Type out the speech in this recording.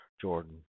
Jordan